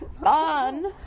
fun